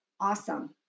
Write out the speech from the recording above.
Awesome